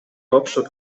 hauptstadt